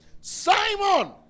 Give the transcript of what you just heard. Simon